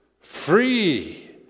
free